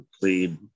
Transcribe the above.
plead